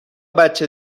بچه